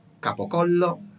Capocollo